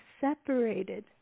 separated